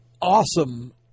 awesome